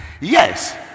Yes